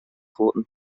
roten